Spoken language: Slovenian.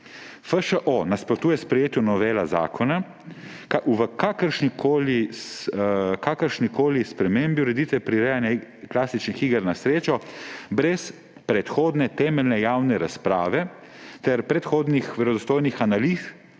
FŠO nasprotuje sprejetju novele zakona, kakršnikoli spremembi ureditve prirejanja klasičnih iger na srečo brez predhodne temeljne javne razprave ter predhodnih verodostojnih analiz